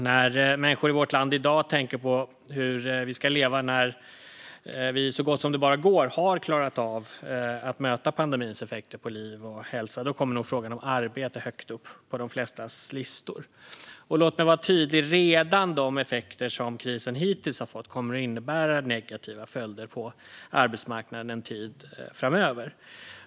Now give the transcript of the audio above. När människor i vårt land i dag tänker på hur vi ska leva när vi så gott som det bara går har klarat av att möta pandemins effekter på liv och hälsa kommer nog frågan om arbete högt upp på de flestas listor. Låt mig vara tydlig med något, nämligen att redan de effekter som krisen hittills har fått kommer att innebära negativa följder på arbetsmarknaden en tid framöver.